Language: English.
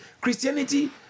Christianity